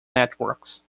networks